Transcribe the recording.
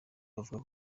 avuga